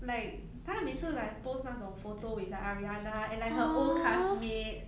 like 她每次 like post 那种 photo with the arianna and like her old cast mates